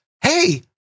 Hey